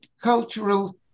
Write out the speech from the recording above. cultural